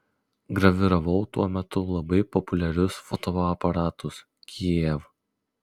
graviravau tuo metu labai populiarius fotoaparatus kijev